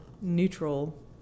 neutral